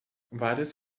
várias